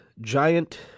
giant